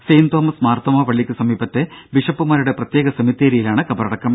saint Thomas Marthoma പള്ളിക്കു സമീപത്തെ ബിഷപ്പുമാരുടെ പ്രത്യേക സെമിത്തേരിയിലാണ് കബറടക്കം